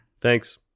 Thanks